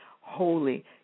holy